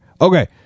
Okay